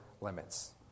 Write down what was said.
limits